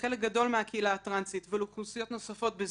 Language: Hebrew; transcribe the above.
לחלק גדול מהקהילה הטרנסית ולאוכלוסיות נוספות בזנות.